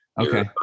Okay